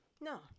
No